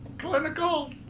Clinical